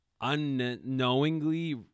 unknowingly